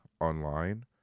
online